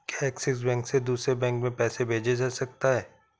क्या Axis bank से दूसरे बैंक में पैसे भेजे जा सकता हैं?